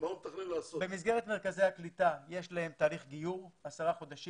אני מזכיר שבמסגרת מרכזי הקליטה יש להם תהליך גיור למשך 10 חודשים.